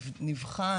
נבחן,